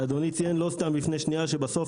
ואדוני לא סתם ציין לפני שנייה שבסוף,